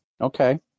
okay